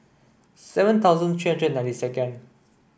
seven thousand three hundred and ninety second